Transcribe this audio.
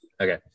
Okay